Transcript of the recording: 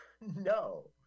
No